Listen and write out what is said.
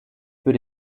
für